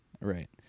right